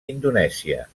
indonèsia